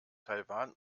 taiwan